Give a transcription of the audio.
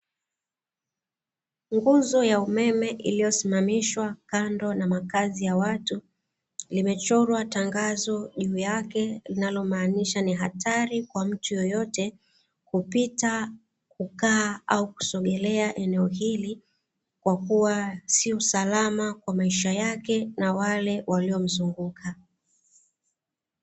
Nguzo ya umeme iliyosimamishwa kando na makazi ya watu, limechorwa tangazo juu yake inayomaanisha ni hatari kwa mtu yoyote kupita, kukaa au kusogelea eneo hili, kwa kuwa sio salama kwa maisha yake na wale waliomzunguka.